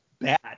bad